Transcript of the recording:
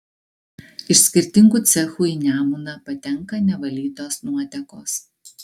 iš skirtingų cechų į nemuną patenka nevalytos nuotekos